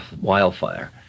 wildfire